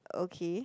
okay